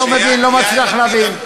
לא מבין, לא מצליח להבין.